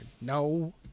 No